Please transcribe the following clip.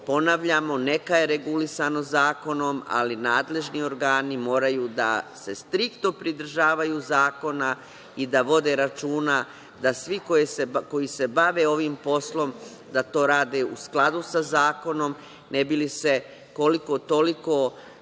naivno. Ponavljamo, neka je regulisano zakonom, ali nadležni organi moraju da se striktno pridržavaju zakona i da vode računa da svi koji se bave ovim poslom, da to rade u skladu sa zakonom ne bi li se, koliko-toliko,